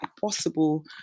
possible